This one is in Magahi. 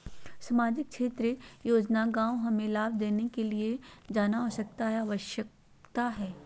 सामाजिक क्षेत्र योजना गांव हमें लाभ लेने के लिए जाना आवश्यकता है आवश्यकता है?